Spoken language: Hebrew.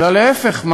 אלא להפך,